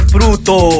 Fruto